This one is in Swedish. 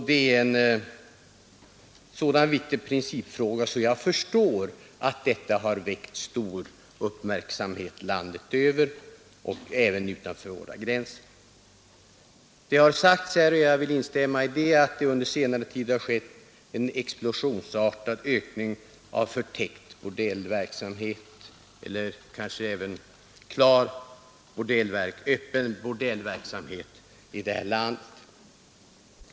Det är en viktig principfråga, och jag förstår därför att den har väckt stor uppmärksamhet landet över och även utanför våra gränser. Det har sagts — och jag vill instämma i det — att det under senare tid har skett en explosionsartad ökning av förtäckt och kanske även öppen bordellverksamhet i det här landet.